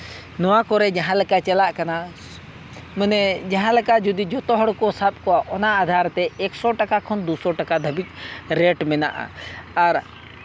ᱱᱚᱣᱟ ᱠᱚᱨᱮ ᱡᱟᱦᱟᱸᱞᱮᱠᱟ ᱪᱟᱞᱟᱜ ᱠᱟᱱᱟ ᱢᱟᱱᱮ ᱡᱟᱦᱟᱸᱞᱮᱠᱟ ᱡᱩᱫᱤ ᱡᱷᱚᱛᱚ ᱦᱚᱲ ᱠᱚ ᱥᱟᱵᱽ ᱠᱚᱣᱟ ᱚᱱᱟ ᱟᱫᱷᱟᱨ ᱛᱮ ᱮᱠᱥᱚ ᱴᱟᱠᱟ ᱠᱷᱚᱱ ᱫᱩᱥᱚ ᱴᱟᱠᱟ ᱫᱷᱟᱹᱵᱤᱡᱽ ᱨᱮᱹᱴ ᱢᱮᱱᱟᱜᱼᱟ ᱟᱨ